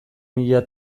mila